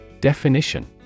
Definition